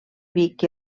vic